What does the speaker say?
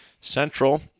Central